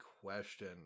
question